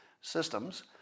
systems